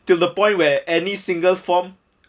till the point where any single form